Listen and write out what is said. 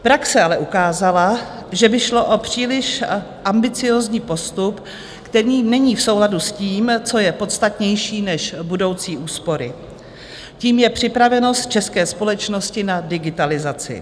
Praxe ale ukázala, že by šlo o příliš ambiciózní postup, který není v souladu s tím, co je podstatnější než budoucí úspory tím je připravenost české společnosti na digitalizaci.